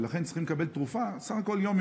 ולכן הם צריכים לקבל תרופה סך הכול יום,